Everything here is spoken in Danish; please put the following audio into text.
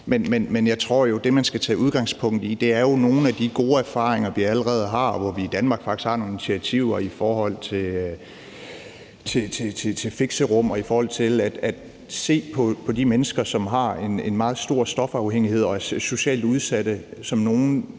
Jeg tror jo, at det, man skal tage udgangspunkt i, er nogle af de gode erfaringer, vi allerede har. I Danmark har vi faktisk taget nogle initiativer i forhold til fixerum og i forhold til at se på de mennesker, som har en meget stor stofafhængighed og er socialt udsatte, som nogle,